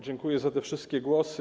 Dziękuję za te wszystkie głosy.